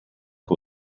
que